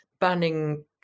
banning